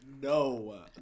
No